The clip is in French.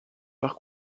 par